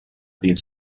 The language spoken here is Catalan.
dins